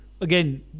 again